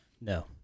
No